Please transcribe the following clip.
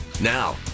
Now